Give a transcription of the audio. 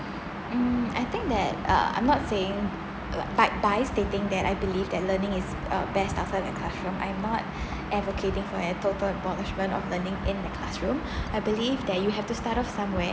mm I think that uh I'm not saying like by~ by stating that I believe that learning is best outside the classroom I'm not advocating for a total abolishment of learning in the classroom I believe that you have to start off somewhere